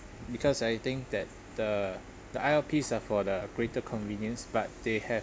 because I think that the the I_L_Ps are for the greater convenience but they have